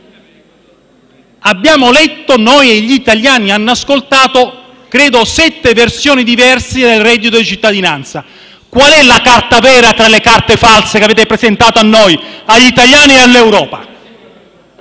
abbiamo letto e gli italiani hanno ascoltato credo sette versioni diverse del reddito di cittadinanza. Qual è la carta vera tra le carte false che avete presentato a noi, agli italiani e all'Europa?